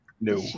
No